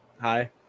hi